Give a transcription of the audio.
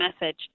message